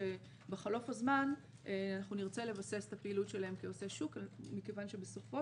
בחלוף הזמן נרצה לבסס את הפעילות שלהם כעושי שוק מכיוון שבסופו